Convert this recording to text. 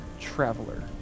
Traveler